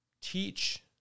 teach